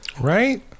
Right